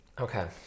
Okay